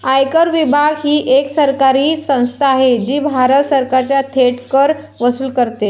आयकर विभाग ही एक सरकारी संस्था आहे जी भारत सरकारचा थेट कर वसूल करते